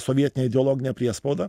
sovietinę ideologinę priespaudą